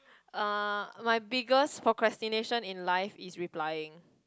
uh my biggest procrastination in life is replying